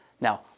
Now